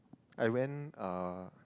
I went uh